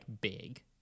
big